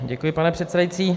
Děkuji, pane předsedající.